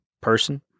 person